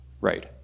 right